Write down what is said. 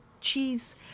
cheese